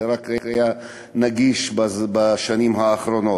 זה נגיש רק בשנים האחרונות.